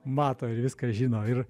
mato ir viską žino ir